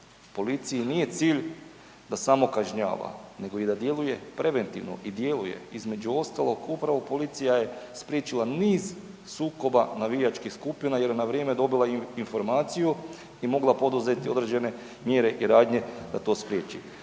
Policiji nije cilj da samo kažnjava nego i da djeluje preventivno i djeluje između ostalog upravo policija je spriječila niz sukoba navijačkih skupina jer je na vrijeme dobila informaciju i mogla poduzeti određene mjere i radnje da to spriječi,